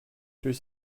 durch